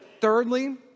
Thirdly